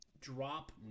drop